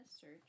search